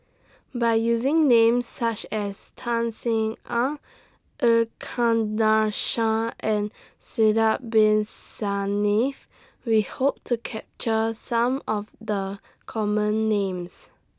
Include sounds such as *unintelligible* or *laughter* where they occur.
By using Names such as Tan Sin Aun *unintelligible* Shah and Sidek Bin Saniff We Hope to capture Some of The Common Names